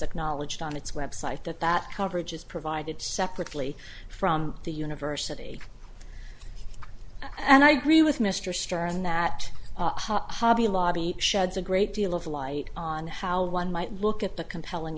acknowledged on its website that that coverage is provided separately from the university and i agree with mr starr in that hobby lobby sheds a great deal of light on how one might look at the compelling